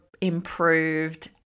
improved